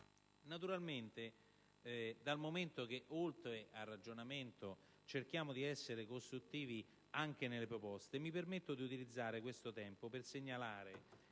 Naturalmente, dal momento che, oltre al ragionamento, cerchiamo di essere costruttivi anche nelle proposte, mi permetto di utilizzare questo tempo per avanzare